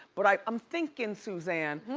but i'm i'm thinking, suzanne,